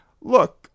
look